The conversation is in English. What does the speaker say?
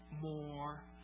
more